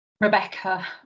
Rebecca